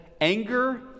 Anger